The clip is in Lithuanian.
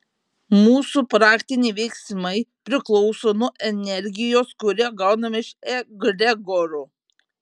mūsų praktiniai veiksmai priklauso nuo energijos kurią gauname iš egregorų